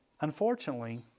unfortunately